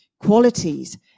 qualities